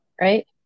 right